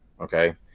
Okay